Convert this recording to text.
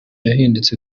yarahindutse